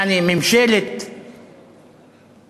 יעני, ממשלת יונים,